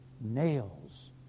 nails